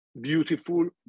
beautiful